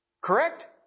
Correct